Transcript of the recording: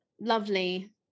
lovely